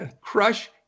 crush